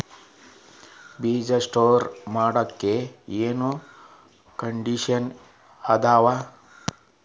ಬೇಜ ಸ್ಟೋರ್ ಮಾಡಾಕ್ ಏನೇನ್ ಕಂಡಿಷನ್ ಅದಾವ?